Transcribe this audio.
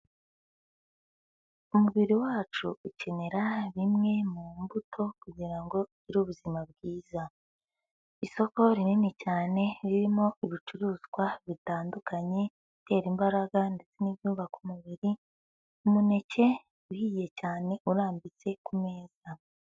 Umubiri wacu ukenera bimwe mu mbuto kugira ngo ugire ubuzima bwiza, isoko rinini cyane ririmo ibicuruzwa bitandukanye, ibitera imbaraga ndetse n'ibyubaka umubiri. Umuneke uhiye cyane urambitse ku meza.